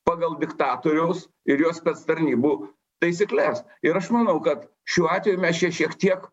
pagal diktatoriaus ir jo spec tarnybų taisykles ir aš manau kad šiuo atveju mes čia šiek tiek